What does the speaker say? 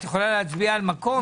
את יכולה להצביע על מקום?